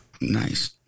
Nice